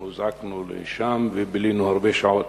אנחנו הוזעקנו לשם ובילינו הרבה שעות.